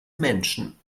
menschen